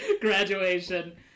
graduation